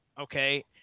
okay